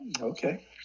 Okay